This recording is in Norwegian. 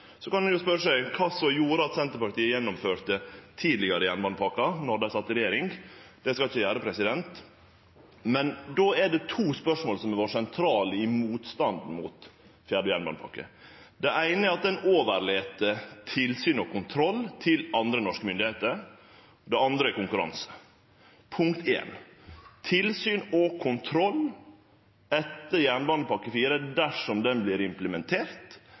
kan ein jo spørje seg kva som gjorde at Senterpartiet gjennomførte tidlegare jernbanepakker då dei sat i regjering. Det skal eg ikkje gjere. Det er to spørsmål som har vore sentrale i motstanden mot fjerde jernbanepakke. Det eine er at ein overlèt tilsyn og kontroll til andre enn norske myndigheiter, og det andre er konkurranse. For det første: Tilsyn og kontroll etter Jernbanepakke IV – dersom ho vert implementert